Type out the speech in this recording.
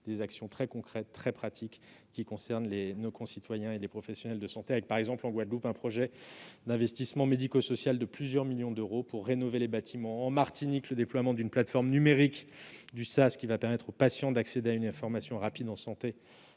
des actions très concrètes, qui concernent nos concitoyens et les professionnels de santé. Je citerai par exemple en Guadeloupe un projet d'investissement médico-social de plusieurs millions d'euros pour rénover les bâtiments ; en Martinique, le développement d'une plateforme numérique en mode SaaS,, qui va permettre aux patients d'accéder à une information rapide au sujet